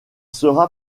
sera